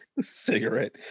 cigarette